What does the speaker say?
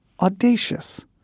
audacious